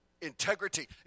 Integrity